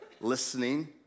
listening